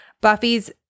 Buffy's